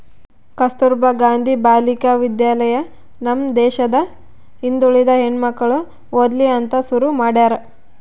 ಕಸ್ತುರ್ಭ ಗಾಂಧಿ ಬಾಲಿಕ ವಿದ್ಯಾಲಯ ನಮ್ ದೇಶದ ಹಿಂದುಳಿದ ಹೆಣ್ಮಕ್ಳು ಓದ್ಲಿ ಅಂತ ಶುರು ಮಾಡ್ಯಾರ